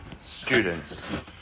students